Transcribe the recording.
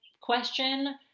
question